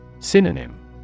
Synonym